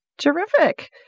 Terrific